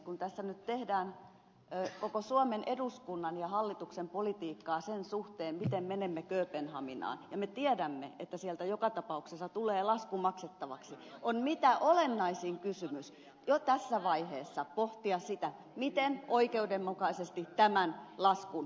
kun tässä nyt tehdään koko suomen eduskunnan ja hallituksen politiikkaa sen suhteen miten menemme kööpenhaminaan ja me tiedämme että sieltä joka tapauksessa tulee lasku maksettavaksi on mitä olennaisin kysymys jo tässä vaiheessa pohtia sitä miten oikeudenmukaisesti tämän laskun maksamme